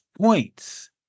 points